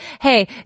hey